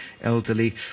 elderly